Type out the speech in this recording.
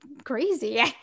crazy